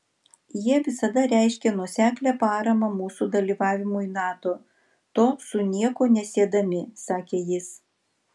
jie visada reiškė nuoseklią paramą mūsų dalyvavimui nato to su nieko nesiedami sakė jis